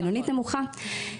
בינונית-נמוכה.